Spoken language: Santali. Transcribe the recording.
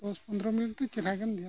ᱫᱚᱥ ᱯᱚᱫᱨᱚ ᱢᱤᱱᱤᱴ ᱫᱚ ᱪᱮᱦᱨᱟ ᱜᱮᱢ ᱫᱷᱮᱭᱟᱱ ᱫᱟᱲᱮᱭᱟᱜᱼᱟ